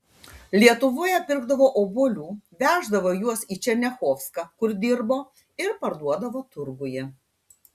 lietuvoje pirkdavo obuolių veždavo juos į černiachovską kur dirbo ir parduodavo turguje